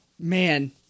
Man